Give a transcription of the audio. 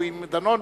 הוא עם דנון?